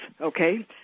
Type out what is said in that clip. okay